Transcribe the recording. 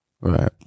right